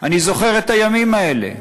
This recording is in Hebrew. אני זוכר את הימים האלה.